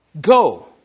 Go